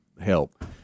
help